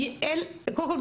קודם כל,